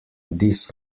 this